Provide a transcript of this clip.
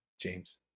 James